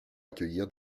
accueillir